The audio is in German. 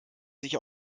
sich